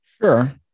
Sure